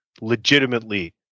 legitimately